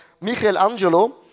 Michelangelo